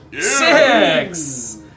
Six